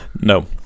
No